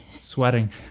sweating